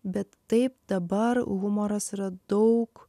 bet taip dabar humoras yra daug